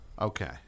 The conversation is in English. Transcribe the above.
Okay